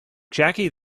jackie